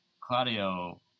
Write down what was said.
Claudio